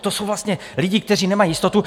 To jsou vlastně lidi, kteří nemají jistotu.